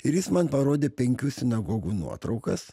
ir jis man parodė penkių sinagogų nuotraukas